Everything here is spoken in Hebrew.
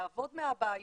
לקבל מהבית